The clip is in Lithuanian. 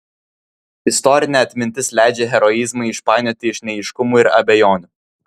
istorinė atmintis leidžia heroizmą išpainioti iš neaiškumų ir abejonių